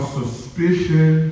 suspicion